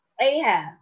Ahab